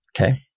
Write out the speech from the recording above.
Okay